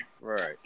Right